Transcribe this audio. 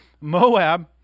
Moab